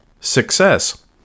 success